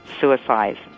suicides